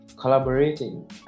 Collaborating